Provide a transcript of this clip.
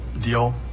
deal